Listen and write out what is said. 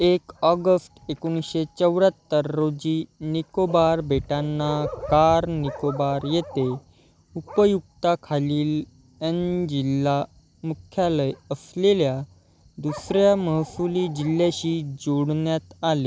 एक ऑगस्ट एकोणीसशे चौऱ्याहत्तर रोजी निकोबार बेटांना कार निकोबार येथे उपयुक्ताखालील एन जिल्हा मुख्यालय असलेल्या दुसर्या महसुली जिल्ह्याशी जोडण्यात आले